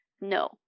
No